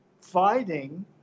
fighting